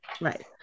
Right